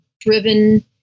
driven